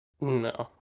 No